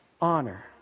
honor